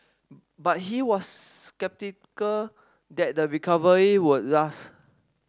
but he was sceptical that the recovery would last